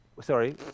Sorry